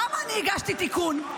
למה אני הגשתי תיקון?